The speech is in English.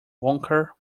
honker